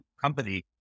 company